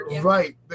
right